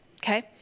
okay